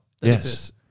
Yes